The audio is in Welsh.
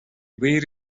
wir